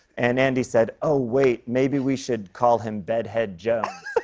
and andy said, oh, wait. maybe we should call him bedhead jones.